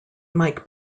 mike